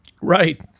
Right